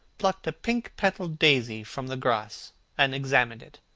plucked a pink-petalled daisy from the grass and examined it.